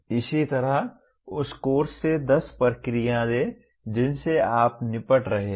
इसी तरह उस कोर्स से 10 प्रक्रियाएँ दें जिनसे आप निपट रहे हैं